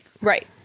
Right